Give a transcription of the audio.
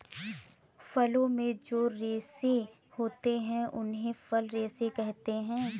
फलों में जो रेशे होते हैं उन्हें फल रेशे कहते है